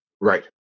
right